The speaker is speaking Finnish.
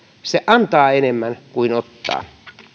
se antaa enemmän kuin ottaa